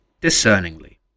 discerningly